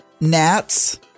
Gnats